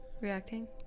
Reacting